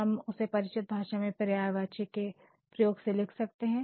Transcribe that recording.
हम उसे परिचित भाषा में पर्यायवाची के प्रयोग से लिख सकते हैं